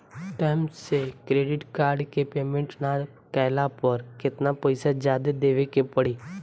Time से credit card के payment ना कैला पर केतना पईसा जादे देवे के पड़ी?